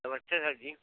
नमस्ते सर जी